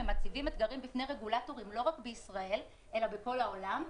הם מציבים אתגרים בפני רגולטורים לא רק בישראל אלא בכל העולם.